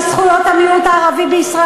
בזכויות המיעוט הערבי בישראל.